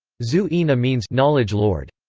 zu-ena means knowledge-lord.